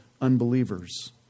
unbelievers